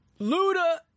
Luda